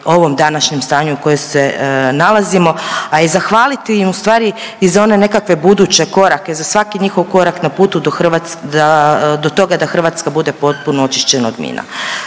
ovom današnjem stanju u koje se nalazimo. A i zahvaliti im ustvari i za one nekakve buduće korake, za svaki njihov korak na putu do toga da Hrvatska bude potpuno očišćena od mina.